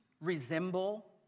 resemble